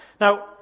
Now